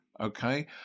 okay